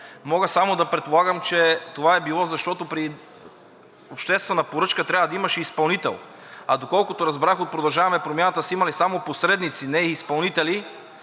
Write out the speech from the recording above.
Мога само да предполагам, че това е било, защото при обществена поръчка трябва да имаш и изпълнител, а доколкото разбрах, от „Продължаваме Промяната“ са имали само посредници, не и изпълнители,